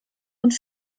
und